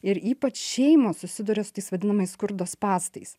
ir ypač šeimos susiduria su tais vadinamais skurdo spąstais